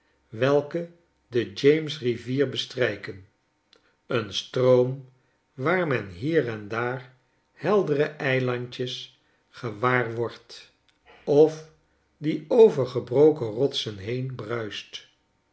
welke de james rivier bestrijken een stroom waar men hier en daar heldere eilandjes gewaar wordt of die over gebroken rotsen heen bruist